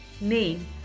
name